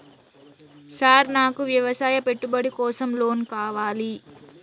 Sir నాకు వ్యవసాయ పెట్టుబడి కోసం లోన్ కావాలి?